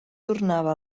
tornava